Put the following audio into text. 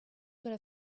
could